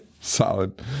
solid